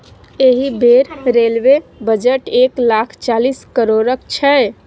एहि बेर railway budget एक लाख चालीस करोड़क छै